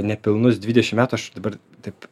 nepilnus dvidešimt metų aš dabar taip